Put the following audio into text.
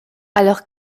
alors